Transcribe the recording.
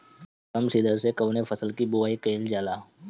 Drum seeder से कवने फसल कि बुआई कयील जाला?